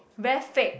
very fake